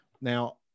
Now